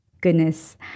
goodness